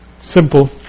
simple